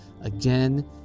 again